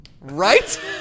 Right